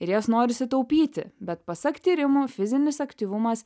ir jas norisi taupyti bet pasak tyrimų fizinis aktyvumas